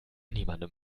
niemandem